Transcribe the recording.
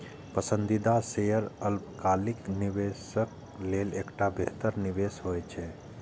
पसंदीदा शेयर अल्पकालिक निवेशक लेल एकटा बेहतर निवेश होइ छै